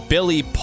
Billy